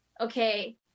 okay